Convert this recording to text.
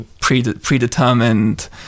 predetermined